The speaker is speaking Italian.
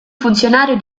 funzionario